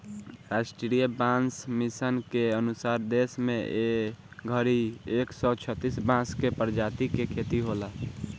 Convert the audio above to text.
राष्ट्रीय बांस मिशन के अनुसार देश में ए घड़ी एक सौ छतिस बांस के प्रजाति के खेती होला